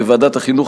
בוועדת החינוך,